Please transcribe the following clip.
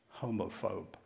homophobe